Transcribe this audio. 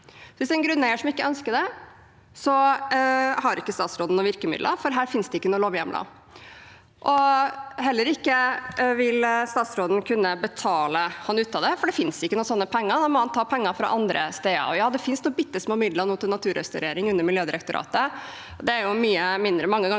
er en grunneier som ikke ønsker det, har ikke statsråden noen virkemidler, for her finnes det ikke noen lovhjemler. Statsråden vil heller ikke kunne betale ham ut av det, for det finnes ikke noen sånne penger. Da må han ta penger fra andre steder. Ja, det finnes noen bitte små midler til naturrestaurering under Miljødirektoratet nå, men det er mange ganger